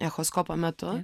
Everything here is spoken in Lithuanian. echoskopo metu